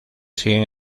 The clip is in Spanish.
siguen